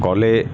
কলের